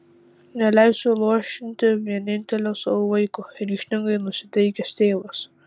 neleisiu luošinti vienintelio savo vaiko ryžtingai nusiteikęs tėvas